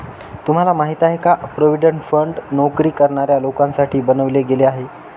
तुम्हाला माहिती आहे का? प्रॉव्हिडंट फंड नोकरी करणाऱ्या लोकांसाठी बनवले गेले आहे